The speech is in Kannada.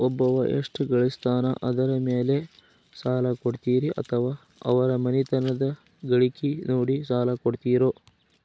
ಒಬ್ಬವ ಎಷ್ಟ ಗಳಿಸ್ತಾನ ಅದರ ಮೇಲೆ ಸಾಲ ಕೊಡ್ತೇರಿ ಅಥವಾ ಅವರ ಮನಿತನದ ಗಳಿಕಿ ನೋಡಿ ಸಾಲ ಕೊಡ್ತಿರೋ?